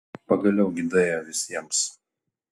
pagaliau gi daėjo visiems